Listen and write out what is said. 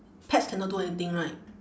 pets cannot do anything right